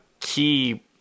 key